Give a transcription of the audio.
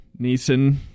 neeson